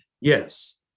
Yes